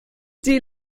die